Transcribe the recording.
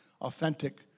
authentic